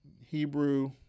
Hebrew